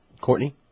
Courtney